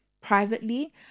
privately